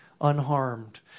unharmed